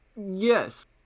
Yes